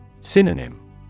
Synonym